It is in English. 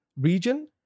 region